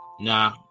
nah